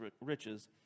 riches